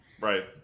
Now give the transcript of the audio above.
Right